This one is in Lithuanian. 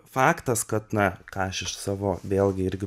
faktas kad na ką aš iš savo vėlgi irgi